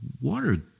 water